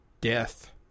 death